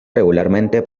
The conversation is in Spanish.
regularmente